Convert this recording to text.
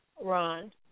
Ron